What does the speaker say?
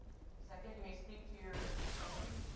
second. you may speak to your motion.